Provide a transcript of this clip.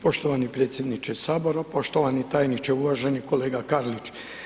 Poštovani predsjedniče Sabora, poštovani tajniče, uvaženi kolega Karlić.